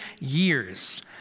years